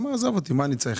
הוא יגיד שהוא לא מעוניין.